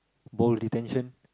ball detention